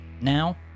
Now